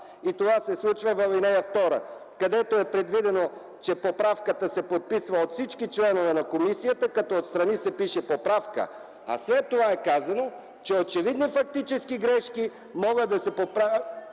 И това се случва в ал. 2, където е предвидено, че поправката се подписва от всички членове на комисията, като отстрани се пише „поправка”. А след това е казано, че очевидни фактически грешки могат да се поправят